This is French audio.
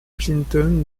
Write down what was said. clinton